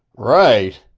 right?